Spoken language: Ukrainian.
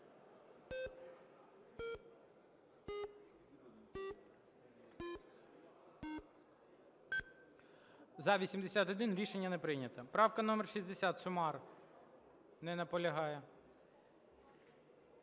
За-81 Рішення не прийнято. Правка номер 60, Сюмар. Не наполягає.